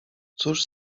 cóż